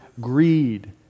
greed